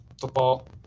football